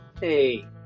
Hey